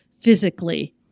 physically